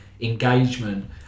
engagement